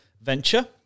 venture